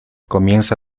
comienza